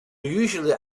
usually